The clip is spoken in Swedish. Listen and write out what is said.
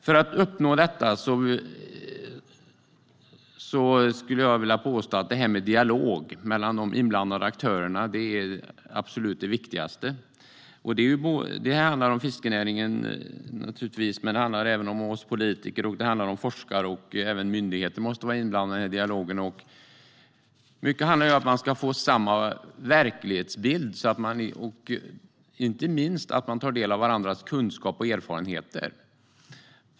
För att uppnå detta är en dialog mellan de inblandade aktörerna det absolut viktigaste. Fiskenäringen, vi politiker, forskare och även myndigheter måste vara inblandade i dialogen. Mycket handlar om att man måste ha samma verklighetsbild och om att man inte minst tar del av varandras kunskap och erfarenheter.